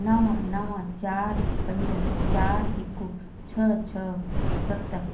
नवं नवं चार पंज चार हिकु छह छ्ह सत हिकु